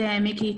מיקי,